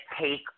take